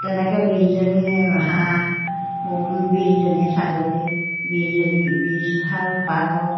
তেনেকৈ বিছজনী হাঁহ বিছজনী ছাগলী বিছজনী বিছহাল পাৰ